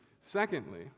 Secondly